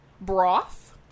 broth